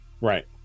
Right